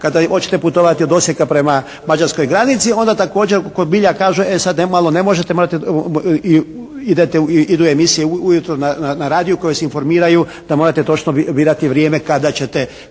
Kada hoćete putovati od Osijeka prema mađarskoj granici onda također kod …/Govornik se ne razumije./… kaže e sada malo ne možete, idu emisije ujutro na radiju koje informiraju da morate točno birati vrijeme kada ćete